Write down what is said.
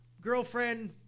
girlfriend